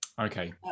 Okay